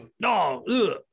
no